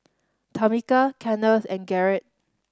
Tamica Kennth and Garret